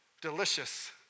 delicious